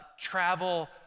travel